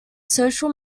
social